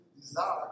desire